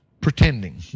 pretending